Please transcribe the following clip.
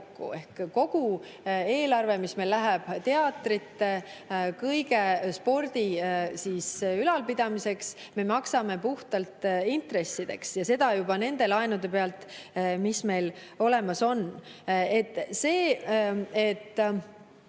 Ehk kogu eelarve, mis meil läheb teatrite, spordi – kõige ülalpidamiseks, maksame puhtalt intressideks, ja seda juba nende laenude pealt, mis meil olemas